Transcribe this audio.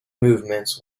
movements